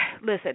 listen